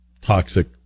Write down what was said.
toxic